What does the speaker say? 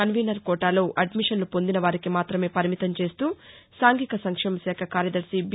convener కోటాలో అడ్మిషన్లు పొందిన వారికి మాతమే పరిమితం చేస్తూ సాంఘిక సంక్షేమశాఖ కార్యదర్శి బి